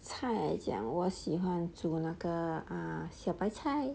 菜讲我喜欢煮那个小白菜